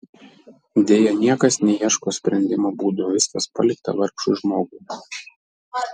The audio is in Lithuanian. deja niekas neieško sprendimo būdų viskas palikta vargšui žmogui